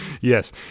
yes